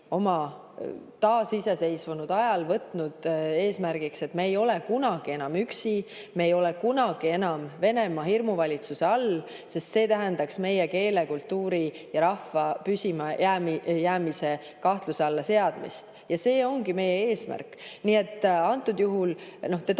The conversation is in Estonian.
oma taasiseseisvuse ajal võtnud eesmärgiks, et me ei ole kunagi enam üksi, me ei ole kunagi enam Venemaa hirmuvalitsuse all, sest see tähendaks meie keele, kultuuri ja rahvuse püsimajäämise kahtluse alla seadmist. Ja see ongi meie eesmärk. Antud juhul te toote